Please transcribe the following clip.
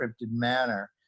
manner